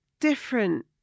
different